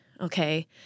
okay